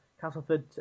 Castleford